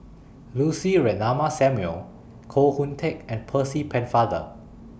Lucy Ratnammah Samuel Koh Hoon Teck and Percy Pennefather